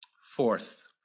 Fourth